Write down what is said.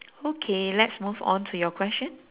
okay let's move on to your question